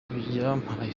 byampaye